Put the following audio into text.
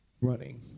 running